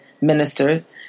ministers